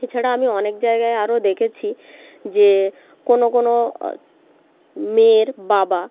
এছাড়া আমি অনেক জায়গায় আরও দেখেছি যে কোনও কোনও মেয়ের বাবা